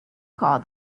call